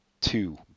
two